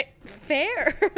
fair